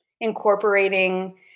incorporating